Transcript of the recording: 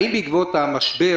האם בעקבות המשבר,